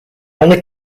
only